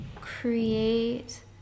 create